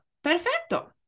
perfecto